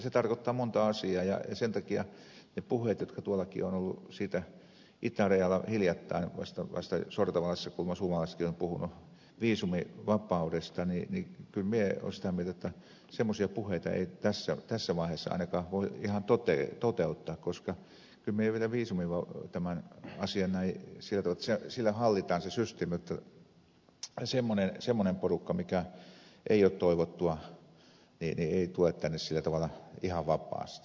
se tarkoittaa monta asiaa ja sen takia niistä puheista joita on ollut itärajallakin hiljattain vasta sortavalassa kuulemma suomalaisetkin ovat puhuneet viisumivapaudesta kyllä minä olen sitä mieltä että semmoisia puheita ei tässä vaiheessa ainakaan voi ihan toteuttaa koska kyllä minä tämän viisumiasian näen sillä tavalla jotta sillä hallitaan se systeemi jotta semmoinen porukka mikä ei ole toivottua ei tule tänne sillä tavalla ihan vapaasti